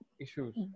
Issues